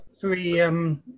Three